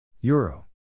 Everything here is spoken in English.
Euro